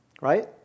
Right